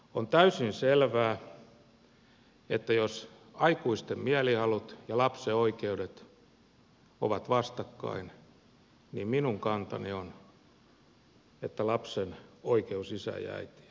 on täysin selvää että jos aikuisten mielihalut ja lapsen oikeudet ovat vastakkain niin minun kantani on että lapsen oikeus isään ja äitiin on vahvempi